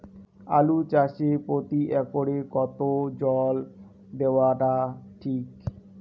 আলু চাষে প্রতি একরে কতো জল দেওয়া টা ঠিক?